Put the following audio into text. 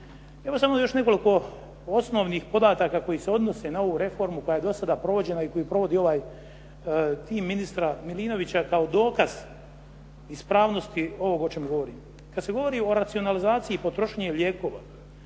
Evo samo još nekoliko osnovnih podataka koji se odnose na ovu reformu koja je do sada provođena i koju provodi ovaj tim ministra Milinovića kao dokaz ispravnosti ovog o čem govorim. Kad se govori o racionalizaciji potrošnje lijekova,